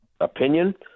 opinion